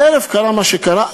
בערב קרה מה שקרה.